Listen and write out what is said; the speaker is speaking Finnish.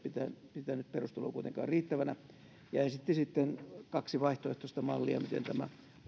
pitänyt perustelua kuitenkaan riittävänä ja esitti sitten kaksi vaihtoehtoista mallia miten tämä